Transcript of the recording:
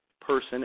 person